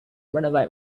renovate